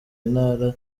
intara